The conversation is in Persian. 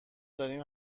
داریم